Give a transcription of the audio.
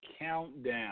countdown